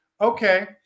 Okay